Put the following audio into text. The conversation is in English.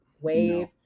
wave